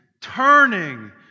turning